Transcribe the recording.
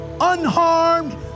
unharmed